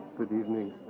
good evening.